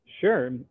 Sure